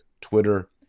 Twitter